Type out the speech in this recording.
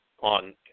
on